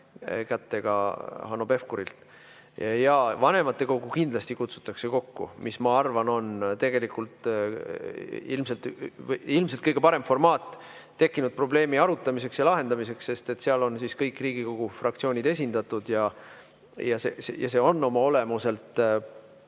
Ja vanematekogu kindlasti kutsutakse kokku. See, ma arvan, on ilmselt kõige parem formaat tekkinud probleemi arutamiseks ja lahendamiseks, sest seal on siis kõik Riigikogu fraktsioonid esindatud. Ja see on oma olemuselt vähem